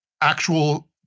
actual